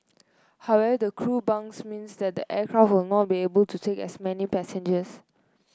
however the crew bunks means that the aircraft will not be able to take as many passengers